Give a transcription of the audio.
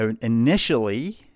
initially